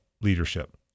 leadership